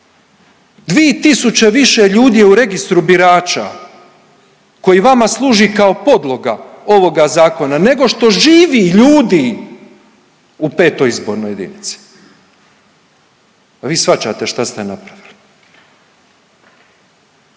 2.000 više ljudi je u registru birača koji vama služi kao podloga ovoga zakona nego što živi ljudi u 5. izbornoj jedinici. Jel vi shvaćate što ste napravili?